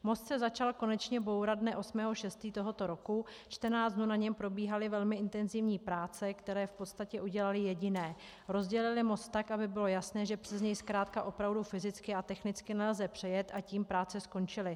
Most se začal konečně bourat dne 8. 6. tohoto roku, 14 dnů na něm probíhaly velmi intenzivní práce, které v podstatě udělaly jediné rozdělily most tak, aby bylo jasné, že přes něj zkrátka opravdu fyzicky a technicky nelze přejet, a tím práce skončily.